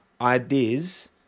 ideas